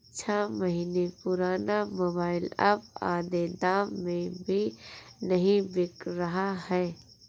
छह महीने पुराना मोबाइल अब आधे दाम में भी नही बिक रहा है